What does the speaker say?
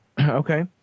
okay